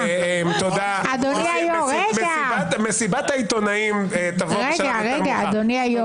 אדוני היו"ר --- מסיבת העיתונאים תבוא בשלב יותר מאוחר...